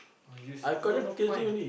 use no no point